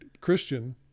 Christian